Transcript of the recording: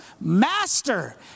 master